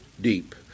deep